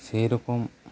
ᱥᱮᱨᱚᱠᱚᱢ